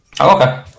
Okay